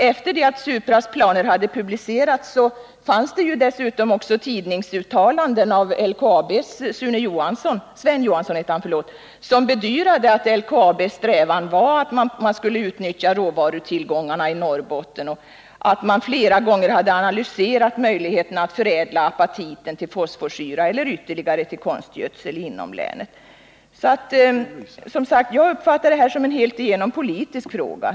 Efter det att Supras planer hade publicerats fanns det dessutom tidningsuttalanden av LKAB:s Sven Johansson, som bedyrade att LKAB:s strävan var att man skulle utnyttja råvarutillgångarna i Norrbotten och att man flera gånger hade analyserat möjligheterna att förändra apatiten till fosforsyra eller ytterligare till konstgödsel inom länet. Jag uppfattar alltså detta som en alltigenom politisk fråga.